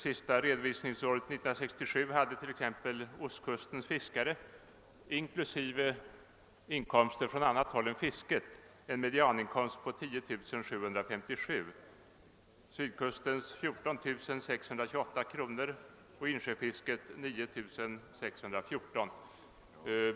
Sista redovisningsåret, 1967, hade t.ex. ostkustens fiskare inklusive inkomster från annat håll än fisket en medianinkomst på 10 757 kr., sydkustens fiskare 14 628 kr. och insjöfiskarna 9 614 kr.